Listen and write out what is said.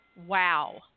Wow